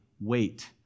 wait